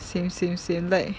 same same same like